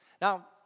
Now